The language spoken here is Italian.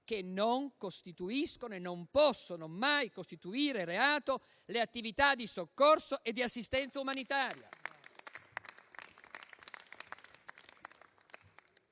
che non costituiscono e non possono mai costituire reato le attività di soccorso e di assistenza umanitaria.